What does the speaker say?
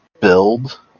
build